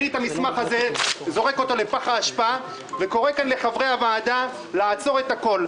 אני את המסמך הזה זורק לפח האשפה וקורא לחברי הוועדה לעצור את הכול.